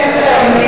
זה קצת שוביניסטי.